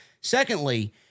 Secondly